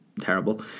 Terrible